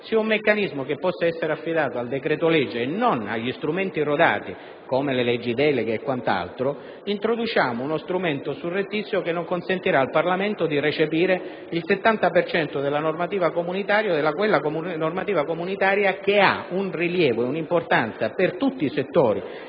sia un meccanismo che può essere affidato ad un decreto-legge e non agli strumenti rodati (come le leggi delega e quant'altro), introduciamo uno strumento surrettizio che non consentirà al Parlamento di recepire il 70 per cento della normativa comunitaria, soprattutto di quella che ha rilievo ed importanza per tutti i settori